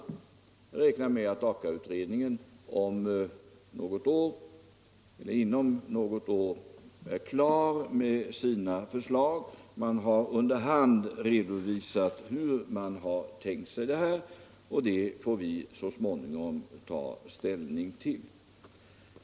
Jag räknar med att AKA-utredningen inom något år är klar med sina förslag. Man har under hand redovisat hur man tänkt sig detta, och det får vi så småningom ta ställning till.